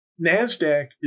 NASDAQ